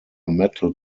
metal